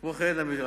כמו כן המשרד,